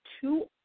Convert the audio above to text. two